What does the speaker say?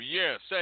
yes